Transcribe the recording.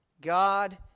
God